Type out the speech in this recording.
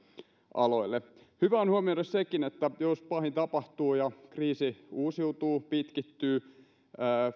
aloille hyvä on huomioida sekin että jos pahin tapahtuu ja kriisi uusiutuu pitkittyy tulee